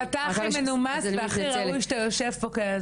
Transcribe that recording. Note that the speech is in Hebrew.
אבל אתה הכי מנומס והכי ראוי שאתה יושב פה.